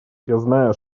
знаю